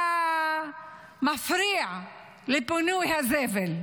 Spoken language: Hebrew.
הפריע לפינוי הזבל.